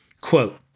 Quote